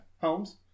Holmes